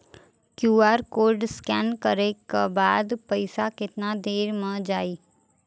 QR code scan न करे क बाद पइसा केतना देर म जाई?